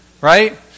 Right